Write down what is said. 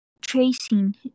tracing